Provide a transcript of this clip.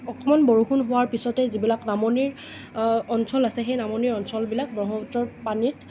অকণমান বৰষুণ হোৱাৰ পিছতে যিবিলাক নামনিৰ অঞ্চল আছে সেই নামনিৰ অঞ্চলবিলাক ব্ৰহ্মপুত্ৰৰ পানীত